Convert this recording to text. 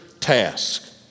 Task